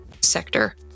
sector